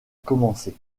commencé